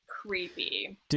Creepy